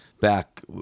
back